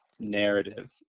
narrative